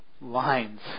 lines